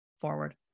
forward